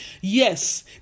Yes